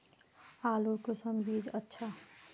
आलूर कुंसम बीज अच्छा?